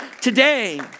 today